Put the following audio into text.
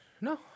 No